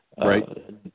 Right